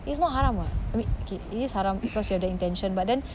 it's not haram [what] I mean okay it is haram because you have the intention but then